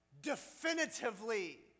definitively